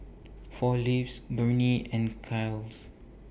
four Leaves Burnie and Kiehl's